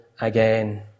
again